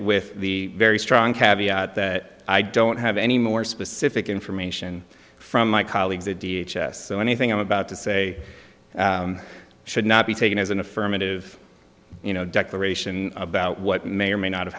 with the very strong caviar that i don't have any more specific in from nation from my colleagues a d h s the anything i'm about to say should not be taken as an affirmative you know declaration about what may or may not have